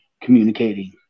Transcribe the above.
communicating